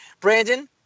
Brandon